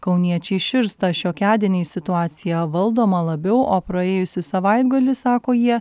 kauniečiai širsta šiokiadieniais situacija valdoma labiau o praėjusį savaitgalį sako jie